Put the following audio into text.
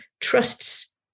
trusts